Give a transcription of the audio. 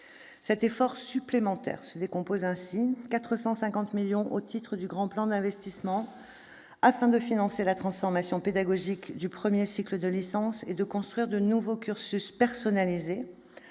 Cet effort supplémentaire se décompose ainsi : 450 millions d'euros, d'abord, au titre du Grand plan d'investissement, afin de financer la transformation pédagogique du premier cycle de licence et de construire de nouveaux cursus personnalisés.